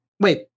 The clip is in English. Wait